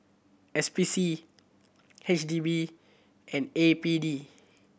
S P C H D B and A P D